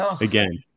again